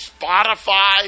Spotify